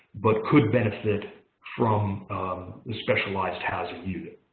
but could benefit from a specialized housing unit.